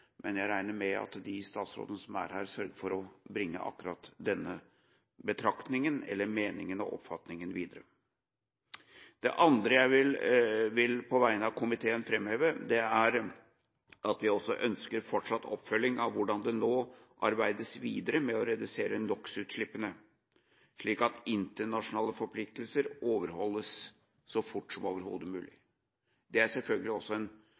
men jeg regner med at de statsrådene som er her, sørger for å bringe akkurat denne meningen og oppfatningen videre. Det andre jeg på vegne av komiteen vil framheve, er at vi også ønsker fortsatt oppfølging av hvordan det nå arbeides videre med å redusere NOx-utslippene, slik at internasjonale forpliktelser overholdes så fort som overhodet mulig. Det er selvfølgelig en ganske streng betraktning, men det er nødvendig å si det, slik det også